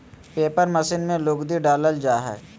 paper machine में लुगदी डालल जा हय